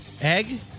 Egg